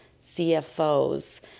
CFOs